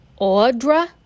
Audra